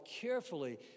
carefully